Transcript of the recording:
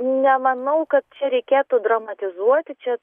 nemanau kad čia reikėtų dramatizuoti čia